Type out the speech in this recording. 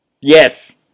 Yes